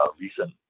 recent